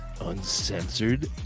uncensored